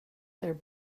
their